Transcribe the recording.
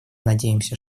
надеемся